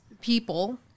people